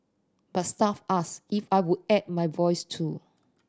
but staff asked if I would add my voice too